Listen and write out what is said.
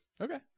Okay